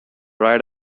ride